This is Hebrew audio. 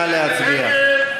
נא להצביע?